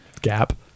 gap